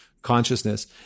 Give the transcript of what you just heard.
consciousness